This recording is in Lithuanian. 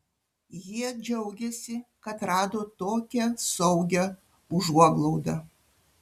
jie džiaugiasi kad rado tokią saugią užuoglaudą